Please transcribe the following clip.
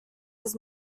his